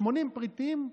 80 פריטים,